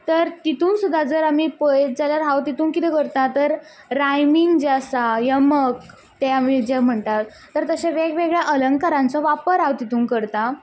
तर तितून सुद्दां जर आमी पयत जाल्यार हांव तितून कितें करता तर रायमींग जें आसा यमक तें आमी जें म्हणटात तर तशें वेगवेगळ्या अलंकारांचो वापर हांव तितून करतां